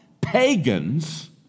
Pagans